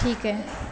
ठीक आहे